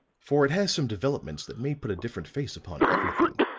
for it has some developments that may put a different face upon everything.